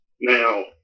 Now